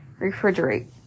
refrigerate